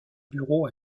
bureaux